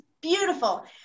beautiful